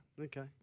Okay